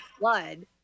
blood